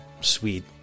sweet